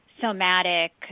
somatic